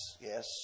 Yes